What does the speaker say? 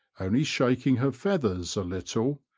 only shaking her feathers a little,